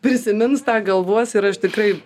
prisimins tą galvos ir aš tikrai